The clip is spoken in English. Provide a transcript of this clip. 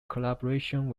collaborations